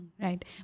Right